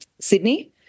Sydney